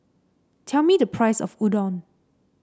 tell me the price of Udon